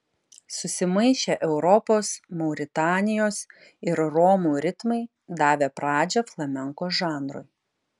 susimaišę europos mauritanijos ir romų ritmai davė pradžią flamenko žanrui